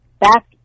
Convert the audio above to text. back